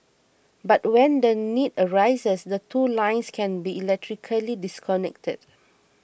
but when the need arises the two lines can be electrically disconnected